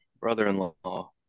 Brother-in-law